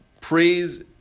praise